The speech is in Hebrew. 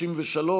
חברות וחברי הכנסת,